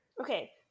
Okay